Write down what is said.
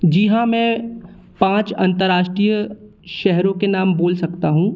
जी हाँ मैं पाँच अंतर्राष्ट्रीय शहरों के नाम बोल सकता हूँ